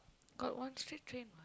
got one straight train what